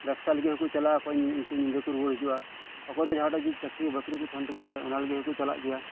ᱵᱮᱵᱽᱥᱟ ᱞᱟᱹᱜᱤᱫ ᱦᱚᱠᱚ ᱪᱟᱞᱟᱜᱼᱟ ᱚᱠᱚᱭ ᱩᱱᱠᱩ ᱧᱤᱫᱟᱹ ᱠᱚ ᱨᱩᱭᱟᱹᱲ ᱦᱤᱡᱩᱜᱼᱟ ᱚᱠᱚᱭ ᱫᱚ ᱡᱟᱦᱟᱸᱴᱟᱜ ᱪᱟᱠᱨᱤ ᱵᱟᱠᱨᱤ ᱠᱚ ᱛᱟᱦᱮᱱ ᱛᱟᱠᱚ ᱠᱷᱟᱱ ᱚᱱᱟ ᱞᱟᱹᱜᱤᱫ ᱦᱚᱠᱚ ᱪᱟᱞᱟᱜ ᱜᱮᱭᱟ